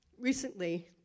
Recently